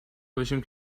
باشیم